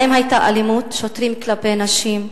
2. האם היתה אלימות שוטרים כלפי נשים?